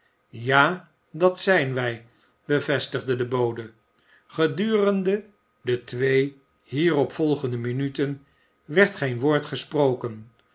ja dat zijn wij bevestigde de bode gedurende de twee hierop volgende minuten werd geen woord gesproken